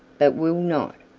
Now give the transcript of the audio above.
but will not.